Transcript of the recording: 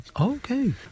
okay